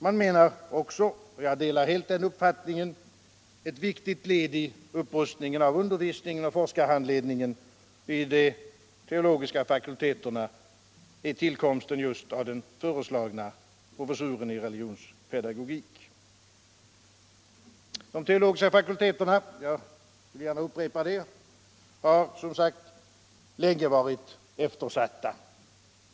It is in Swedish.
Man menar också — och jag delar heh den uppfattningen — att ett viktigt led i upprustningen Ånslag till högre utbildning och forskning De teologiska fakulteterna har som sagt — jag vill gärna upprepa det —- länge varit eftersatta.